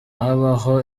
habaho